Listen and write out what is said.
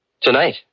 Tonight